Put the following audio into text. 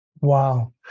Wow